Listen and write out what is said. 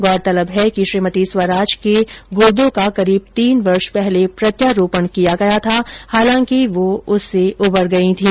गौरतलब है कि श्रीमती स्वराज के गुर्दो का करीब तीन वर्ष पहले प्रत्यारोपण किया गया था हालांकि वो उससे उबर गई थी